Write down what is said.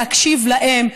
להקשיב להם,